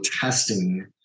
testing